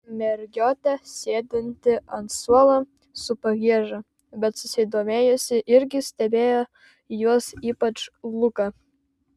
mergiotė sėdinti ant suolo su pagieža bet susidomėjusi irgi stebėjo juos ypač luką